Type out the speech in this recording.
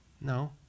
No